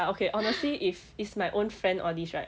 ya okay honestly if it's my own friends all these right